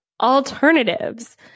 alternatives